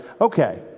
okay